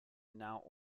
now